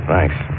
Thanks